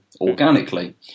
organically